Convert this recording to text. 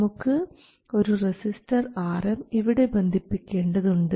നമുക്ക് ഒരു resistor Rm ഇവിടെ ബന്ധിപ്പിക്കേണ്ടതുണ്ട്